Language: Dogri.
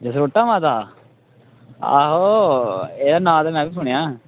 जसरोटा माता आहो एह्दा नांऽ ते में बी सुनेआ